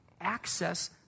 access